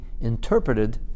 interpreted